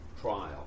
trial